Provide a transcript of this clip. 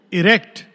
erect